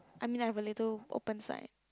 I mean I have a little open side